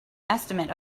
estimate